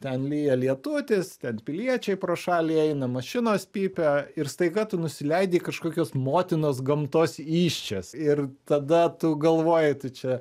ten lyja lietutis tad piliečiai pro šalį eina mašinos pypia ir staiga tu nusileidi į kažkokios motinos gamtos įsčias ir tada tu galvoji tu čia